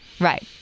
right